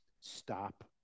Stop